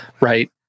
right